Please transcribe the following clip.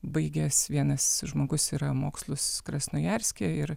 baigęs vienas žmogus yra mokslus krasnojarske ir